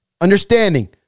understanding